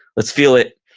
let's feel it.